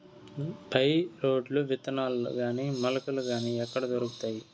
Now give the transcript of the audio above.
By రోడ్లు విత్తనాలు గాని మొలకలు గాని ఎక్కడ దొరుకుతాయి?